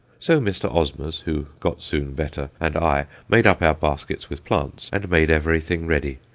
so mr. osmers who got soon better and i, made up our baskets with plants, and made everything ready.